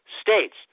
states